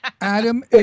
Adam